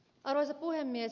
arvoisa puhemies